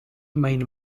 main